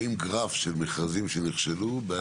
רואים גרף של מכרזים שנכשלו.